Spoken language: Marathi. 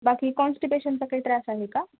बाकी कॉन्स्टिपेशनचा काही त्रास आहे का